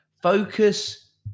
Focus